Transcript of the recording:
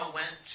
went